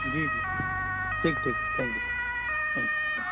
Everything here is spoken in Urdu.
جی جی ٹھیک ٹھیک thank you thank you thank